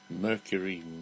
Mercury